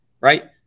right